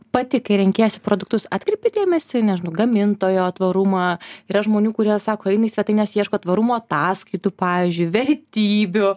pati kai renkiesi produktus atkreipi dėmesį nežinau gamintojo tvarumą yra žmonių kurie sako eina į svetaines ieško tvarumo ataskaitų pavyzdžiui vertybių